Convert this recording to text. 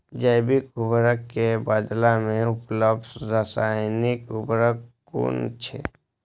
जैविक उर्वरक के बदला में उपलब्ध रासायानिक उर्वरक कुन छै?